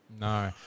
No